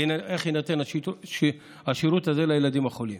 הזה לילדים החולים.